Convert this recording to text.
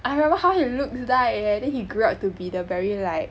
I remember how he looks like leh then he grew up to be the very like